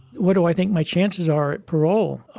what do i think my chances are at parole?